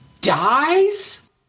dies